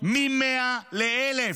מ-100 ל-1,000.